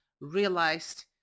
realized